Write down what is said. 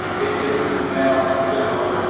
it just smells so